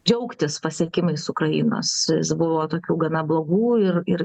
džiaugtis pasiekimais ukrainos buvo tokių gana blogų ir ir